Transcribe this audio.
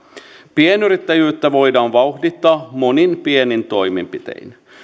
pienyrittäjyyttä voidaan vauhdittaa monin pienin toimenpitein